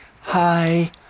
Hi